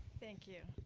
thank you.